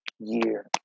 year